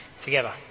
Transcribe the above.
together